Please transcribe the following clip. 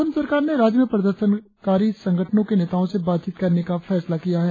असम सरकार ने राज्य में प्रदर्शनकारी संगठनों के नेताओं से बातचीत करने का फैसला किया है